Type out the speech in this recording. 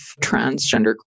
transgender